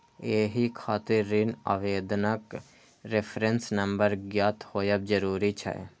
एहि खातिर ऋण आवेदनक रेफरेंस नंबर ज्ञात होयब जरूरी छै